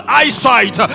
eyesight